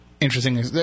Interesting